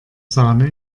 sahne